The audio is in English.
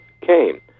came